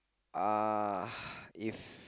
uh if